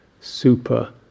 Super